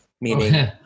meaning